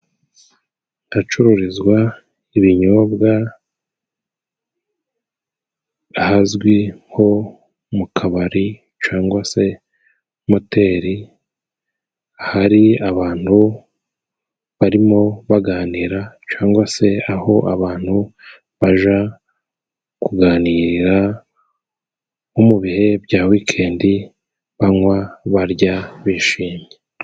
Ahacururizwa ibinyobwa, ahazwi nko mu kabari cangwa se moteri, hari abantu barimo baganira cangwa se aho abantu baja kuganirira nko mu bihe bya wikendi, banywa, barya, bishimye.